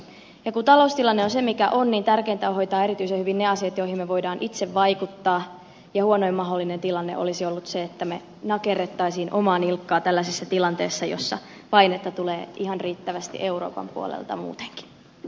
kun taloustilanne on se mikä on tärkeintä on hoitaa erityisen hyvin ne asiat joihin me voimme itse vaikuttaa ja huonoin mahdollinen tilanne olisi ollut se että me nakertaisimme omaa nilkkaa tällaisessa tilanteessa jossa painetta tulee ihan riittävästi euroopan puolelta muuten ne